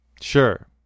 Sure